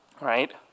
right